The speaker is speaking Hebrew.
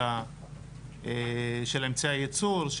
של אנשי הייצור,